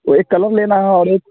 एक कलर लेना है और एक